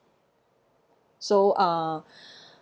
so uh